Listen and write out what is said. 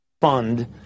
Fund